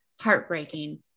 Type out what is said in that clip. heartbreaking